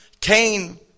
Cain